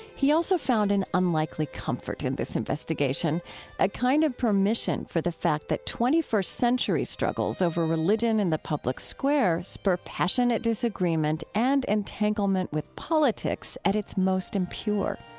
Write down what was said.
he also found an unlikely comfort in this investigation a kind of permission for the fact that twenty first century struggles over religion in the public square spur passionate disagreement and entanglement with politics at its most impure